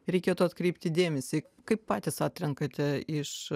reikėtų atkreipti dėmesį kaip patys atrenkate iš